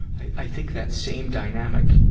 i, i think that same dynamic,